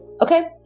okay